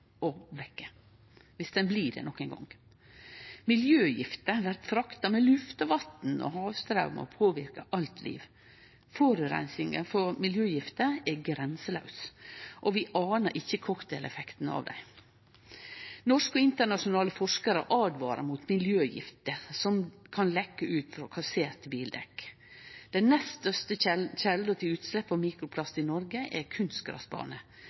vekke – viss ho blir det nokon gong. Miljøgifter blir frakta med luft og vatn og havstraumar og påverkar alt liv. Forureininga frå miljøgifter er grenselaus, og vi aner ikkje cocktaileffekten av dei. Norske og internasjonale forskarar åtvarar mot miljøgifter som kan lekke ut frå kasserte bildekk. Den nest største kjelda til utslepp av mikroplast i Noreg er